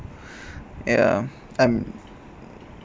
ya mm